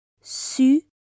su